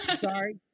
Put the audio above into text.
Sorry